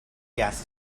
gas